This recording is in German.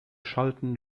schalten